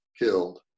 killed